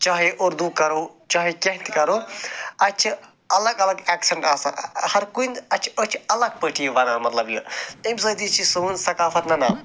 چاہے اُردو کرو چاہے کیٚنٛہہ تہِ کَرو اَتہِ چھِ الگ الگ ایٚکسیٚنٛٹ آسان ہر کُنہِ اسہِ چھِ أسۍ چھِ الگ پٲٹھی یہِ وَنان مطلب یہِ اَمہِ سۭتۍ تہِ چھِ سون ثقافَت نَنان